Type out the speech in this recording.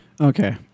Okay